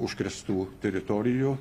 užkrėstų teritorijų